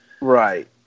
Right